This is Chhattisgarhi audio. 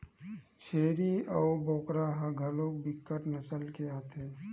छेरीय अऊ बोकरा ह घलोक बिकट नसल के आथे